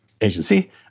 agency